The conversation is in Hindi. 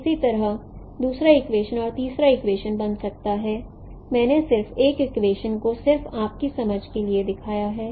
इसी तरह दूसरा इक्वेशन और तीसरा इक्वेशन बन सकता है मैंने सिर्फ 1 इक्वेशन को सिर्फ आपकी समझ के लिए दिखाया है